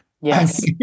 Yes